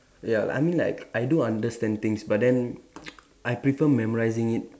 ya like I mean like I do understand things but then I prefer memorising it